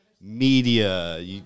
media